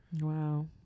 Wow